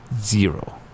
Zero